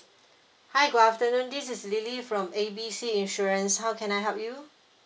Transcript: hi good afternoon this is lily from A B C insurance how can I help you